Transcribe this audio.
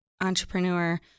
entrepreneur